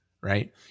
right